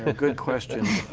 but good questions.